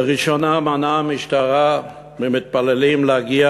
לראשונה מנעה המשטרה ממתפללים להגיע